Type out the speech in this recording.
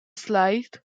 sight